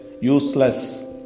useless